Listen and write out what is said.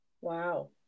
Wow